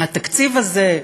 התקציב הזה,